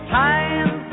time